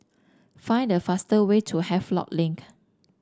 find the fast way to Havelock Link